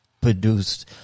produced